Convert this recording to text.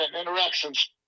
interactions